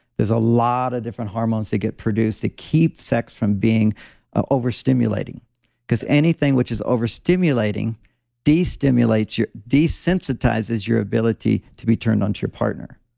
there's a lot of different hormones that get produced to keep sex from being overstimulating because anything which is overstimulating destimulates you, desensitizes your ability to be turned on to your partner.